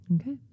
Okay